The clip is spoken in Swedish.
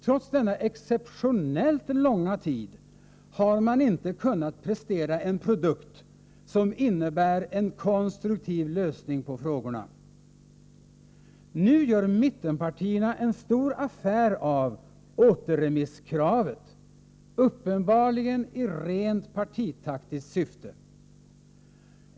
Trots denna exceptionellt långa tid har man inte kunnat prestera en produkt som innebär en konstruktiv lösning på frågorna. Nu gör mittenpartierna en stor affär av återremisskravet, uppenbarligen i rent partipraktiskt syfte.